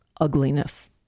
ugliness